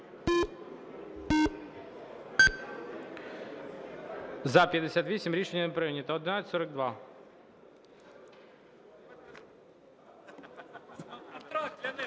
жаль, рішення не прийнято.